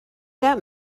that